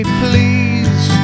please